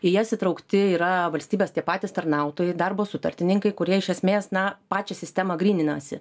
į jas įtraukti yra valstybės tie patys tarnautojai darbo sutartininkai kurie iš esmės na pačią sistemą gryninasi